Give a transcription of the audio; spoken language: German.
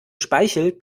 speichel